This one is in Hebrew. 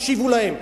הקשיבו להם.